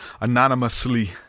anonymously